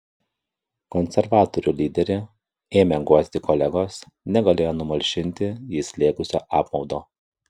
konservatorių lyderį ėmę guosti kolegos negalėjo numalšinti jį slėgusio apmaudo